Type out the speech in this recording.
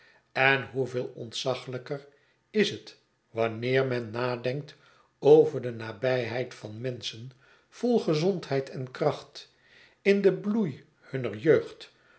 en hoeveel ontzaglijker is het wanneer men nadenkt over de nabijheid van menschen vol gezondheid en kracht in den bloei hunner jeugd